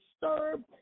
disturbed